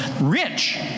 Rich